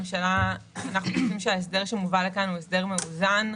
אנחנו חושבים שההסדר שמובא לכאן הוא הסדר מאוזן.